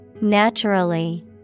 naturally